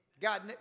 God